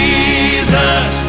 Jesus